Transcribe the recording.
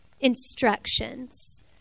instructions